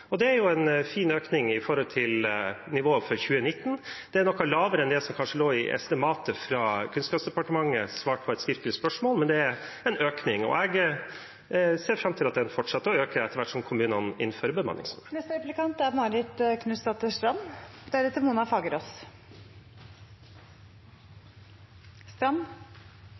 Det er en fin økning i forhold til nivået for 2019. Det er noe lavere enn det som kanskje lå i estimatet fra Kunnskapsdepartementet i svar på et skriftlig spørsmål, men det er en økning, og jeg ser fram til at overføringene fortsetter å øke etter hvert som kommunene innfører bemanningsnormen. Senterpartiet er